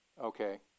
Okay